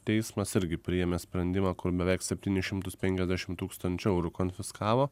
teismas irgi priėmė sprendimą kur beveik septynis šimtus penkiasdešim tūkstančių eurų konfiskavo